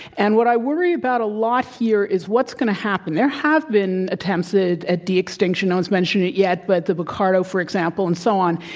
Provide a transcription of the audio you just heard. and what i worry about a lot here is what's going to happen. there have been attempts at de-extinction. no one's mentioned it yet, but the bucardo, for example, and so on.